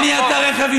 יניע את הרכב,